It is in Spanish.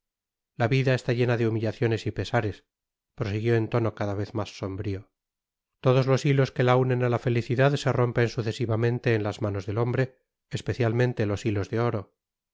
la vida está llena de humillaciones y pesares prosiguió en tono cada vez mas sombrio todos los hilos que la unen á la felicidad se rompen sucesivamente en las manos del hombre especialmente los hilos de oro